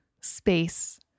space